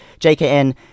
JKN